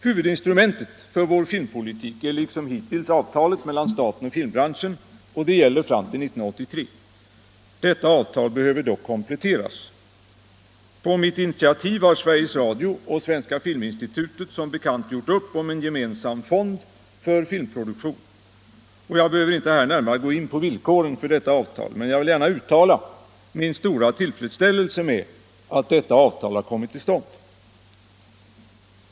Huvudinstrumentet för vår filmpolitik är liksom hittills avtalet mellan staten och filmbranschen, och det gäller fram till 1983. Detta avtal behöver dock kompletteras. På mitt initiativ har Sveriges Radio och Svenska filminstitutet som bekant gjort upp om en gemensam fond för filmproduktion. Jag behöver inte här närmare gå på villkoren för detta avtal, men jag vill gärna uttala min stora tillfredsställelse med att det har kommit till stånd.